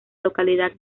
localidad